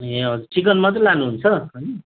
ए हजुर चिकन मात्रै लानुहुन्छ